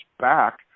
back